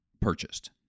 purchased